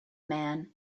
man